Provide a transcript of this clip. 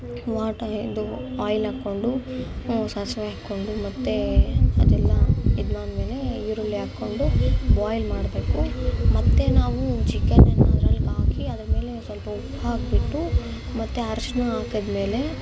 ವಾಟ ಇದು ಆಯಿಲ್ ಹಾಕ್ಕೊಂಡು ಸಾಸಿವೆ ಹಾಕ್ಕೊಂಡು ಮತ್ತೆ ಅದೆಲ್ಲ ಇದ್ಮಾದಮೇಲೆ ಈರುಳ್ಳಿ ಹಾಕ್ಕೊಂಡು ಬಾಯ್ಲ್ ಮಾಡಬೇಕು ಮತ್ತೆ ನಾವು ಚಿಕನನ್ನು ಅದ್ರಲ್ಲಿ ಹಾಕಿ ಅದರ ಮೇಲೆ ಸ್ವಲ್ಪ ಉಪ್ಪು ಹಾಕಿಬಿಟ್ಟು ಮತ್ತೆ ಅರಶಿನ ಹಾಕ್ದ್ಮೇಲೆ